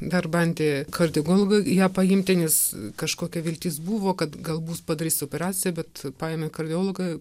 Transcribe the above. dar bandė kardiologai ją paimti nes kažkokia viltis buvo kad gal bus padarys operaciją bet paėmė kardiologai